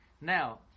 Now